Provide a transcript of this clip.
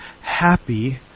happy